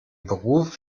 beruf